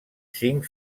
cinc